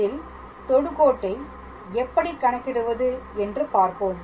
அதில் தொடுக்கோட்டை எப்படி கணக்கிடுவது என்று பார்ப்போம்